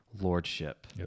lordship